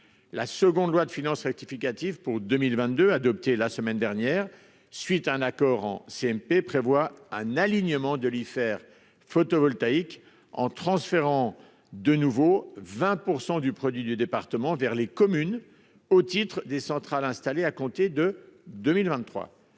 La seconde loi de finances rectificative pour 2022 adopté la semaine dernière, suite à un accord en CMP prévoit un alignement de l'IFER photovoltaïque en transférant de nouveau 20% du produit du département vers les communes au titre des centrales installées à compter de 2023